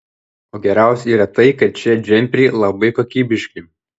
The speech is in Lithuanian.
o geriausia yra tai kad šie džemperiai labai kokybiški